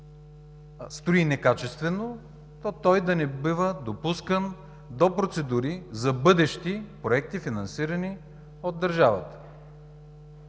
строи некачествено, той да не бива допускан до процедури за бъдещи проекти, финансирани от държавата?